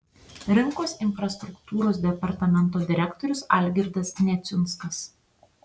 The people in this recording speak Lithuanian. rinkos infrastruktūros departamento direktorius algirdas neciunskas